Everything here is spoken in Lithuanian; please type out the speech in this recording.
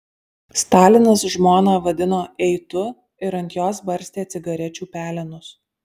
stalinas žmoną vadino ei tu ir ant jos barstė cigarečių pelenus